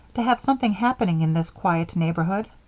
to have something happening in this quiet neighborhood?